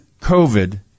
COVID